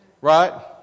Right